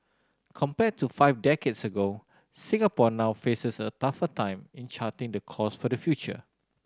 compared to five decades ago Singapore now faces a tougher time in charting the course for the future